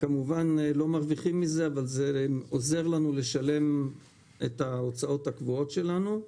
כמובן לא מרוויחים מזה אבל זה עוזר לנו לשלם את ההוצאות הקבועות שלנו.